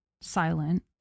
silent